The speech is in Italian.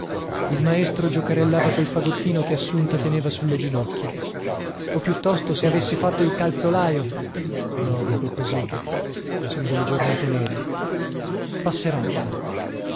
il maestro giocherellava col fagottino che assunta teneva sulle ginocchia o piuttosto se avessi fatto il calzolaio no dico così son delle giornate nere passeranno